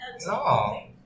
No